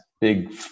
big